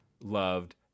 loved